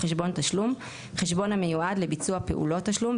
""חשבון תשלום" - חשבון המיועד לביצוע פעולות תשלום,